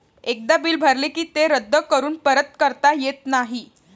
एकदा बिल भरले की ते रद्द करून परत करता येत नाही